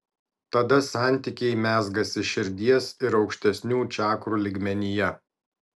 tada santykiai mezgasi širdies ir aukštesnių čakrų lygmenyje